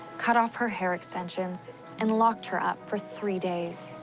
cut off her hair extensions and locked her up for three days.